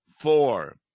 four